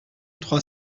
trois